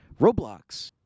Roblox